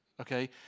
Okay